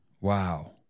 Wow